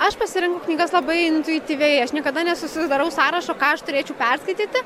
aš pasirenku knygas labai intuityviai aš niekada nesusidarau sąrašo ką aš turėčiau perskaityti